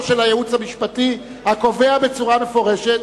של הייעוץ המשפטי הקובע בצורה מפורשת.